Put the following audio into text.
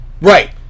Right